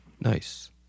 Nice